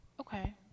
okay